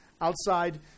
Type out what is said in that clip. outside